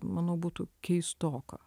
manau būtų keistoka